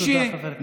תודה, חבר הכנסת.